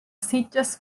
sitges